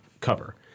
cover